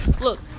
look